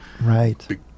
Right